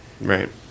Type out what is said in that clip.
Right